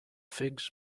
figs